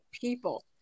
people